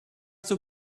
two